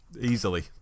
easily